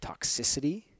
toxicity